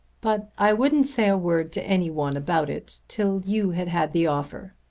but i wouldn't say a word to any one about it till you had had the offer.